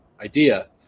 idea